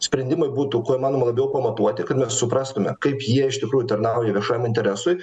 sprendimai būtų kuo įmanoma labiau pamatuoti kad mes suprastume kaip jie iš tikrųjų tarnauja viešajam interesui